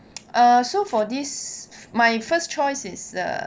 err so for this my first choice is the